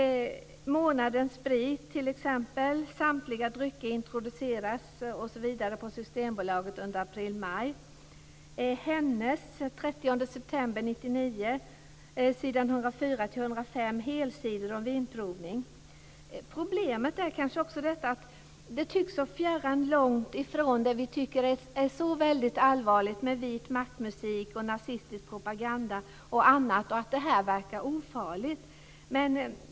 Problemet är att det är så fjärran från det som vi tycker är väldigt allvarligt med vitmaktmusik, nazistisk propaganda och annat att det verkar ofarligt.